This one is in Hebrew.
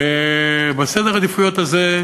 וסדר העדיפויות הזה,